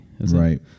Right